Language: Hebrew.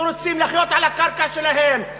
שרוצים לחיות על הקרקע שלהם.